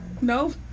No